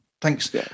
Thanks